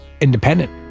independent